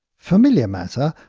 familiar matter,